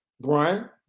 Brian